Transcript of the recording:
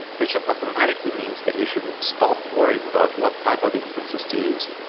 which automatically means that you shouldn't stop worrying about what type of instances to use.